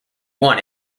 want